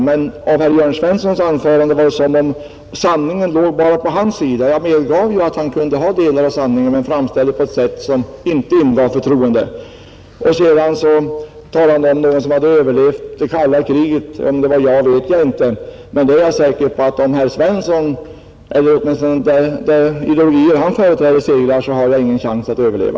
Men av herr Jörn Svenssons anförande lät det som om sanningen låg bara på hans sida. Jag medgav ju att han kunde ha delar av sanningen, men han framställde den på ett sätt som inte ingav förtroende. Sedan talade han om någon som hade överlevt det kalla kriget — om det var jag vet jag inte. Men jag är säker på att om de ideologier segrar som herr Svensson företräder, så har jag ingen chans att överleva.